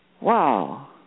wow